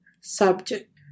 subject